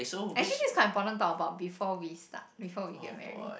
actually this is quite important to talk about before we start before we get married